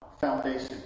Foundation